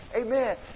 Amen